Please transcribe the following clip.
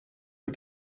für